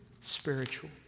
spiritual